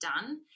done